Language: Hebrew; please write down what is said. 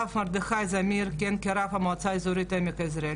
הוא רב העיר מבשרת ציון,